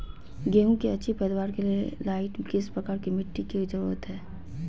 गेंहू की अच्छी पैदाबार के लाइट किस प्रकार की मिटटी की जरुरत है?